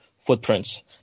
footprints